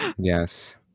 Yes